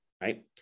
right